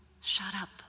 shut-up